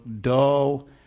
dull